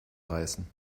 reißen